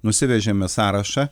nusivežėme sąrašą